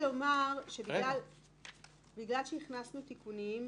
בגלל שהכנסנו תיקונים,